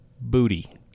Booty